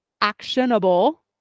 actionable